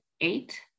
eight